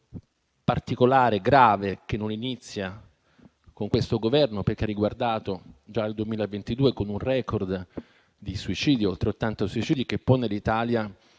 particolare e grave, che non inizia con questo Governo, perché ha riguardato già il 2022, con un *record* di suicidi (oltre 80 suicidi) che pone l'Italia